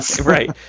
Right